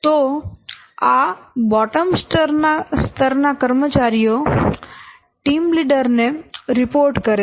તો આ બોટમ સ્તર ના કર્મચારીઓ ટીમ લીડર ને રિપોર્ટ કરે છે